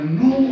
no